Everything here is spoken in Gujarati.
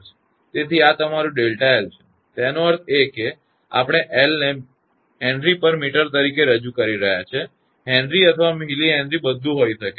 તેથી આ તમારું Δ𝐿 છે તેનો અર્થ એ કે આપણે L ને મીટર દીઠ હેનરી તરીકે રજૂ કરી રહ્યા છીએ Henry અથવા mili Henry બધુ હોઈ શકે છે